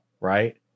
right